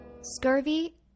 Scurvy